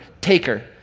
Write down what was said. taker